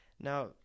Now